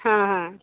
ହଁ ହଁ